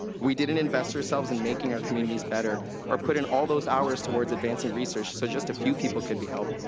we didn't invest ourselves in making our communities better or put in all those hours towards advancing research so just a few people could be helped,